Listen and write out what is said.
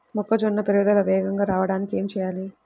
మొక్కజోన్న ఎదుగుదల వేగంగా రావడానికి ఏమి చెయ్యాలి?